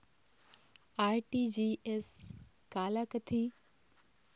RTGS काला कथें?